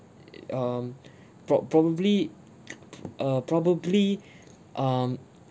um prob~ probably uh probably um